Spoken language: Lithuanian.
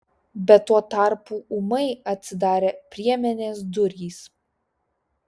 bet tuo tarpu ūmai atsidarė priemenės durys